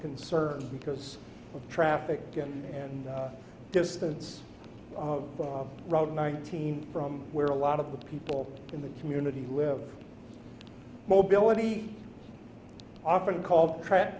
concern because of traffic jam and distance from road nineteen from where a lot of the people in the community live mobility often called track